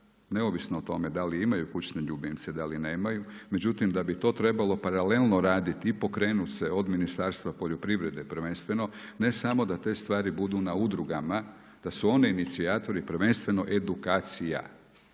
da li nemaju. da li imaju kućne ljubimce da li nemaju? Međutim, da bi to trebalo paralelno raditi i pokrenuti se od Ministarstva poljoprivrede, prvenstveno, ne samo da te stvari budu na udrugama, da su one inicijatori prvenstveno edukacija.